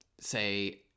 say